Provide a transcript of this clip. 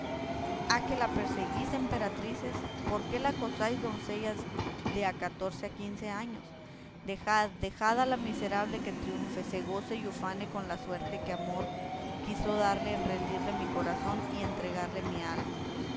a qué la perseguís emperatrices para qué la acosáis doncellas de a catorce a quince años dejad dejad a la miserable que triunfe se goce y ufane con la suerte que amor quiso darle en rendirle mi corazón y entregarle mi alma